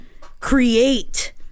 create